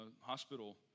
hospital